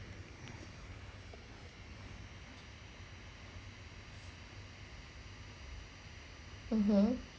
(uh huh)